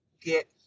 get